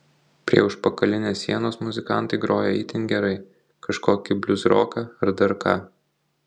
prie užpakalinės sienos muzikantai groja itin gerai kažkokį bliuzroką ar dar ką